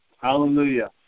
Hallelujah